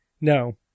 No